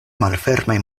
malfermaj